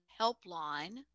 helpline